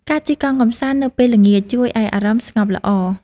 ការជិះកង់កម្សាន្តនៅពេលល្ងាច ជួយឱ្យអារម្មណ៍ស្ងប់ល្អ។